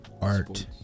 art